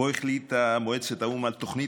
שבו החליטה מועצת האו"ם על תוכנית